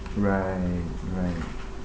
right right